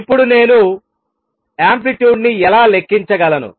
ఇప్పుడు నేను యాంప్లిట్యూడ్ ని ఎలా లెక్కించగలను